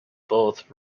both